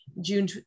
June